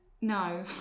No